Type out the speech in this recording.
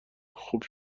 خوب